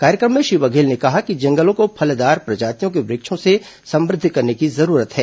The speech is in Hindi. कार्यक्रम में श्री बघेल ने कहा कि जंगलों को फलदार प्रजातियों के वृक्षों से समुद्द करने की जरूरत है